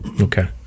okay